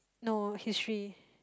no history